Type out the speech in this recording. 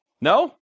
No